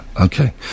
okay